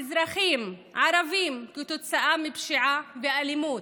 אזרחים ערבים כתוצאה מפשיעה ואלימות.